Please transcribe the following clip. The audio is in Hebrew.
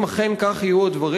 אם אכן כך יהיו הדברים,